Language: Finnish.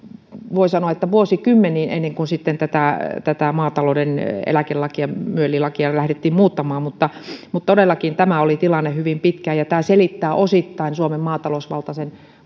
voi sanoa vuosikymmeniin ennen kuin sitten tätä tätä maatalouden eläkelakia myel lakia lähdettiin muuttamaan todellakin tämä oli tilanne hyvin pitkään ja tämä osittain selittää maatalousvaltaisen